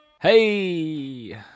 Hey